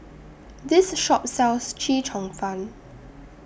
This Shop sells Chee Cheong Fun